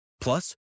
Plus